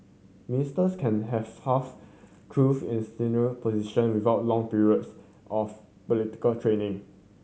ministers can have half truth in senior position without long periods of political training